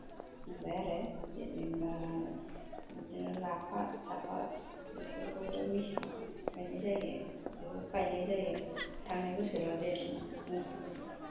मोनबाय आरो जेनेबा बिदिनो लाफा थाफा बेफोरखौ ओरैनो मेसेंफ्राव गायनाय जायो बेखौ गायनाय जायो थांनाय बोसोराव जेन